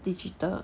digital